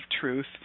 truth